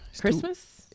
Christmas